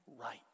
right